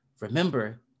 remember